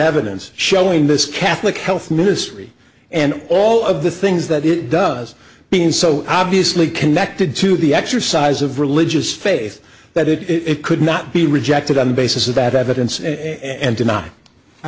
evidence showing this catholic health ministry and all of the things that it does being so obviously connected to the exercise of religious faith that it it could not be rejected on the basis of that evidence and did not i